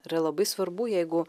yra labai svarbu jeigu